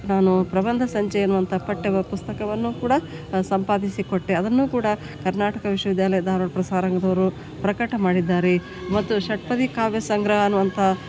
ನಾನು ಪ್ರಬಂಧ ಸಂಜೆ ಅನ್ನುವಂಥ ಪಠ್ಯಪುಸ್ತಕವನ್ನೂ ಕೂಡ ಸಂಪಾದಿಸಿ ಕೊಟ್ಟೆ ಅದನ್ನೂ ಕೂಡ ಕರ್ನಾಟಕ ವಿಶ್ವವಿದ್ಯಾಲಯ ಧಾರ್ವಾಡ ಪ್ರಸಾರಾಂಗ್ದವ್ರು ಪ್ರಕಟ ಮಾಡಿದ್ದಾರೆ ಮತ್ತು ಷಟ್ಪದಿ ಕಾವ್ಯಸಂಗ್ರಹ ಅನ್ನುವಂತಹ